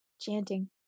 chanting